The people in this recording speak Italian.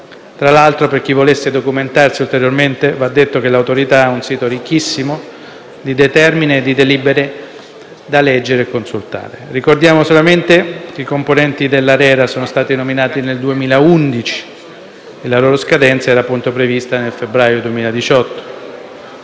Tra l'altro, per chi volesse documentarsi ulteriormente, va detto che l'Autorità ha un sito ricchissimo di determinazioni e di delibere da leggere e consultare. Ricordiamo solamente che i componenti dell'ARERA sono stati nominati nel 2011 e che la loro scadenza era appunto prevista nel febbraio 2018.